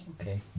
Okay